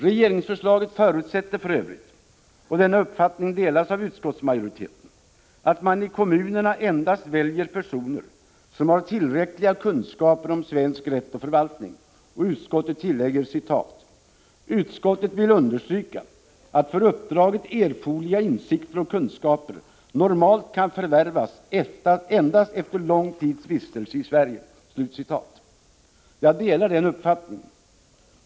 Regeringsförslaget förutsätter för övrigt — och denna uppfattning delas av utskottsmajoriteten — att man i kommunerna endast väljer personer som har tillräckliga kunskaper om svensk rätt och förvaltning, och utskottet tillägger: ”Utskottet vill understryka att för uppdraget erforderliga insikter och kunskaper normalt kan förvärvas endast efter en lång tids vistelse i Sverige.” Jag delar den uppfattningen.